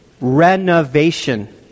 renovation